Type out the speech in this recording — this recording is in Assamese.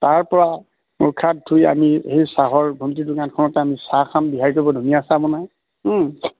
তাৰপৰা মুখ হাত ধুই আমি সেই চাহৰ ভণ্টিৰ দোকানখনতে আমি চাহ খাম বিহাৰীটোৱে বৰ ধুনীয়া চাহ বনায়